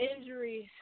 injuries